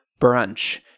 brunch